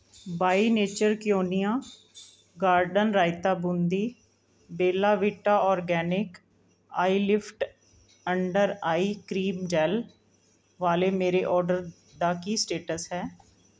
ਬਾਈ nature quinoa garden raita boondi Bella Vita organic eye lift under eye cream gel ਵਾਲੇ ਮੇਰੇ order ਦਾ ਕੀ ਸਟੇਟਸ ਹੈ